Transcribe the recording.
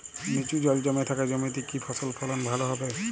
নিচু জল জমে থাকা জমিতে কি ফসল ফলন ভালো হবে?